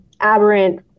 aberrant